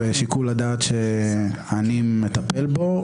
זה שיקול הדעת שאני מטפל בו,